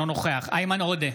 אינו נוכח איימן עודה,